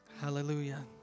Hallelujah